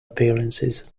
appearances